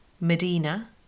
Medina